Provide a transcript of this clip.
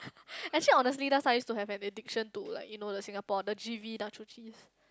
actually honestly last time I used to have an addiction to like you know the Singapore the G_V nacho cheese